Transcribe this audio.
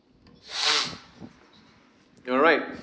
you are right